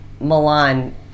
Milan